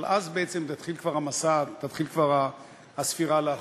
אבל אז בעצם תתחיל כבר הספירה לאחור.